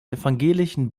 evangelischen